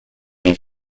wie